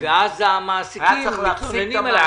ואז המעסיקים מתלוננים?